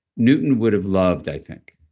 newton would have loved, i think,